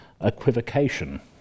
equivocation